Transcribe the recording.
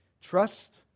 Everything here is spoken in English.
Trust